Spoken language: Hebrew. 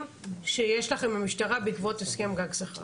שיש לכם במשטרה בעקבות הסכם גג שכר.